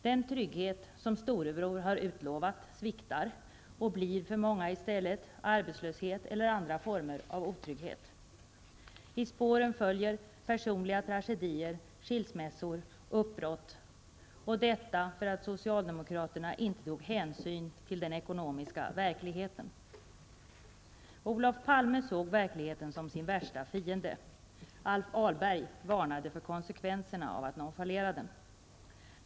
Den trygghet som storebror har utlovat sviktar och blir för många i stället arbetslöshet eller andra former av otrygghet. I spåren följer personliga tragedier, skilsmässor och uppbrott -- detta för att socialdemokraterna inte tog hänsyn till den ekonomiska verkligheten. Olof Palme såg verkligheten som sin värsta fiende. Alf Ahlberg varnade för konsekvenserna av att nonchalera den.